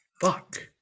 Fuck